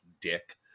dick